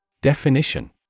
Definition